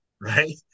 right